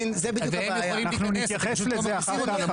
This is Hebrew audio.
הם יכולים להיכנס, אבל הם פשוט לא מכניסים אותם.